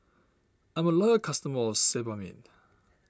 I'm a loyal customer of Sebamed